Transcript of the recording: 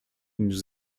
nous